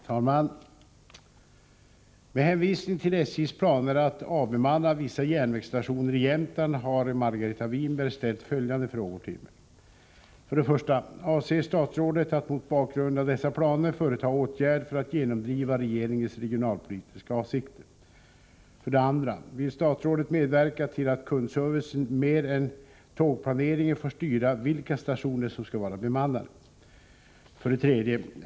Herr talman! Med hänvisning till SJ:s planer att avbemanna vissa järnvägsstationer i Jämtland har Margareta Winberg ställt följande frågor till mig: 1. Avser statsrådet att mot bakgrund av dessa planer företa åtgärd att genomdriva regeringens regionalpolitiska avsikter? 2. Vill statsrådet medverka till att kundservicen mer än tågplaneringen får styra vilka stationer som skall vara bemannade? 3.